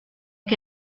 que